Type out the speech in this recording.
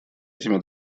этими